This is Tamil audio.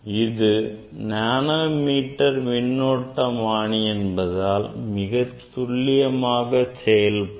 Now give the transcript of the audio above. இது நானோ மீட்டர் மின்னோட்டமானி என்பதால் மிகத் துல்லியமாக செயல்படும்